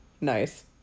Nice